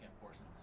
portions